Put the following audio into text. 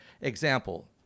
Example